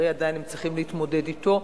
הרי עדיין הם צריכים להתמודד אתו.